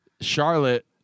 Charlotte